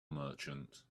merchant